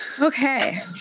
Okay